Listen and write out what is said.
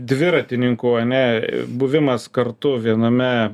dviratininkų ane buvimas kartu viename